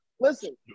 Listen